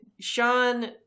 Sean